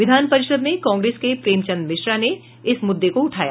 विधान परिषद में कांग्रेस के प्रेमचन्द मिश्रा ने इस मुददे को उठाया